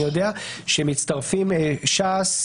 אני יודע שמצטרפים ש"ס,